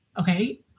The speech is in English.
okay